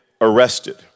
arrested